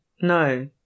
No